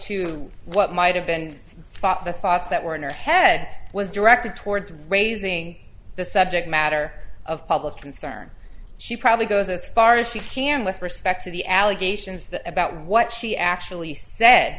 to what might have been thought the thoughts that were in her head was directed towards raising the subject matter of public concern she probably goes as far as she can with respect to the allegations about what she actually said